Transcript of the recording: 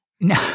No